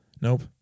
Nope